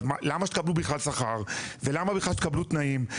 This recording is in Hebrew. אז למה בכלל שתקבלו שכר ולמה בכלל שתקבלו תנאים?